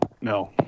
No